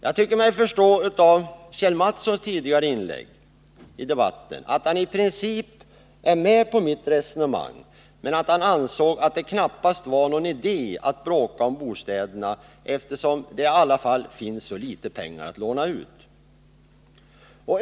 Jag tycker mig förstå av Kjell Mattssons tidigare inlägg i debatten att hani princip var med på mitt resonemang men ansåg att det knappast var någon idé att bråka om bostäderna eftersom det i alla fall finns så litet pengar att låna ut.